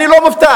אני לא מופתע,